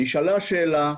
נשאלה שאלה,